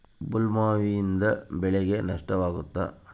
ಬೊಲ್ವರ್ಮ್ನಿಂದ ಬೆಳೆಗೆ ನಷ್ಟವಾಗುತ್ತ?